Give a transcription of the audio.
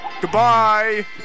Goodbye